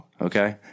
okay